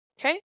Okay